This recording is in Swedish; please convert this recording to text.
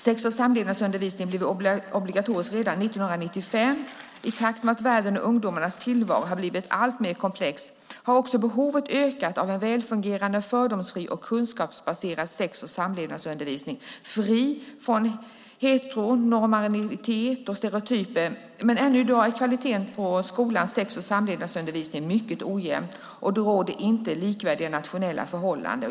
Sex och samlevnadsundervisningen blev obligatorisk redan 1955. I takt med att världens och ungdomarnas tillvaro har blivit alltmer komplex har också behovet ökat av en välfungerande, fördomsfri och kunskapsbaserad sex och samlevnadsundervisning fri från heteronormativitet och stereotyper. Men ännu i dag är kvaliteten på skolans sex och samlevnadsundervisning mycket ojämn. Det råder inte likvärdiga nationella förhållanden.